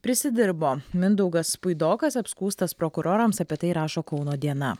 prisidirbo mindaugas puidokas apskųstas prokurorams apie tai rašo kauno diena